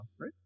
Right